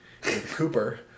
Cooper